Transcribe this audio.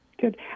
Good